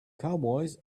cowboys